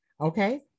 Okay